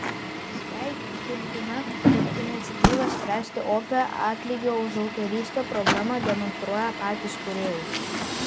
sveikintina kad iniciatyvą spręsti opią atlygio už autorystę problemą demonstruoja patys kūrėjai